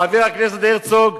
חבר הכנסת הרצוג.